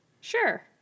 Sure